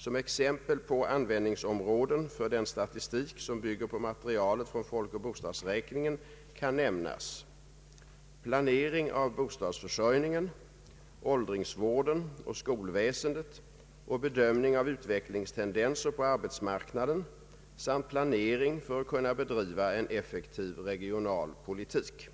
Som exempel på användningsområden för den statistik som bygger på materialet från folkoch bostadsräkningen kan nämnas: planering av bostadsförsörjningen, åldringsvården och skolväsendet och bedömning av utvecklingstendenser på arbetsmarknaden samt planering för att kunna bedriva en effektiv regional politik.